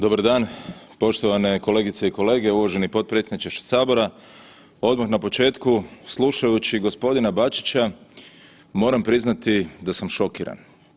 Dobar dan poštovane kolegice i kolege, uvaženi potpredsjedniče sabora odmah na početku slušajući gospodina Bačića moram priznati da sam šokiran.